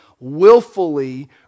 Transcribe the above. willfully